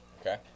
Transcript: Okay